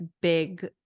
big